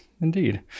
indeed